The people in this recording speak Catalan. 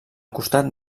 costat